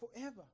forever